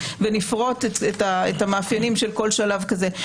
ונפרוט את המאפיינים של כל שלב כזה.